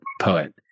poet